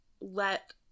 let